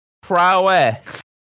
prowess